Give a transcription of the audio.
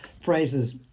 phrases